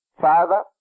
Father